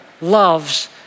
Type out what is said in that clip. loves